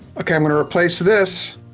okay, i'm gonna replace this,